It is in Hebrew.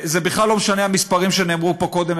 ובכלל לא משנה המספרים שנאמרו פה קודם,